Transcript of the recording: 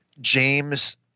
James